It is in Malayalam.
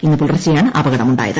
ഇന്ന് പുലർച്ചെയാണ് അപകടം ഉണ്ടായത്